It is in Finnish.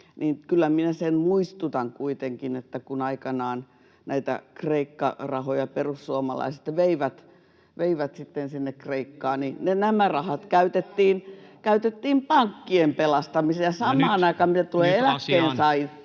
kyllä minä sen muistutan kuitenkin, että kun aikanaan näitä Kreikka-rahoja perussuomalaiset veivät sinne Kreikkaan, nämä rahat käytettiin pankkien pelastamiseen, [Puhemies: Nyt asiaan!] ja samaan aikaan, mitä tulee eläkkeensaajiin,